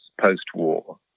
post-war